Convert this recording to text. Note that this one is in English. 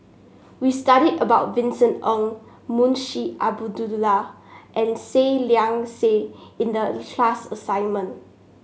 we studied about Vincent Ng Munshi and Seah Liang Seah in the class assignment